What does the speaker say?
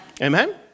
Amen